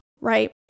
right